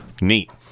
Neat